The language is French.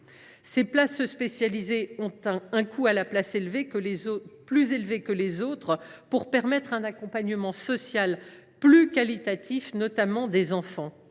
Ces places spécialisées ont un coût à la place plus élevé que les autres, car elles impliquent un accompagnement social plus qualitatif, notamment des enfants.